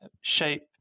shape